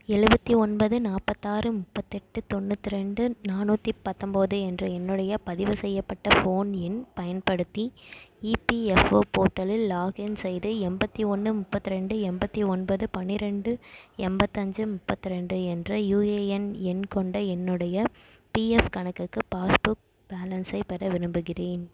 எழுவத்தி ஒன்பது நாற்பத்தாறு முப்பத்தெட்டு தொண்ணூற்றி ரெண்டு நானூற்றி பத்தொம்போது என்ற என்னுடைய பதிவு செய்யப்பட ஃபோன் எண் பயன்படுத்தி இபிஎஃப்ஓ போர்ட்டலில் லாக்இன் செய்து எண்பத்தி ஒன்று முப்பத்தி ரெண்டு எண்பத்தி ஒன்பது பன்னிரெண்டு எண்பத்தஞ்சு முப்பத்தி ரெண்டு என்ற யூஏஎன் எண் கொண்ட என்னுடைய பிஎஃப் கணக்குக்கு பாஸ்புக் பேலன்ஸை பெற விரும்புகிறேன்